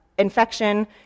infection